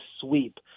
sweep –